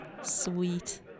Sweet